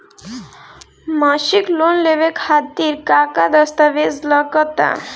मसीक लोन लेवे खातिर का का दास्तावेज लग ता?